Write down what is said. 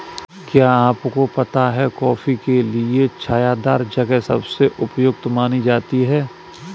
क्या आपको पता है कॉफ़ी के लिए छायादार जगह सबसे उपयुक्त मानी जाती है?